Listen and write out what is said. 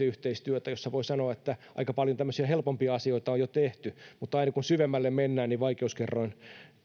yhteistyötä josta voin sanoa että aika paljon tämmöisiä helpompia asioita on jo tehty mutta aina kun syvemmälle mennään niin vaikeuskerroin kasvaa